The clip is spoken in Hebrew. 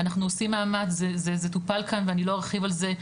אנחנו עושים מאמץ זה טופל כאן ואני לא ארחיב על זה,